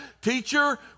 Teacher